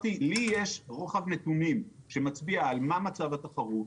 בנק לאומי הוא לא בדואופול.